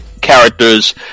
characters